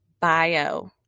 bio